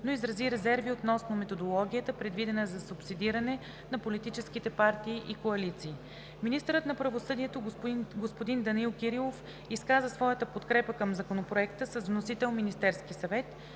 но изрази резерви относно методологията, предвидена за субсидиране на политическите партии и коалиции. Министърът на правосъдието господин Данаил Кирилов изказа своята подкрепа към Законопроекта, с вносител Министерския съвет.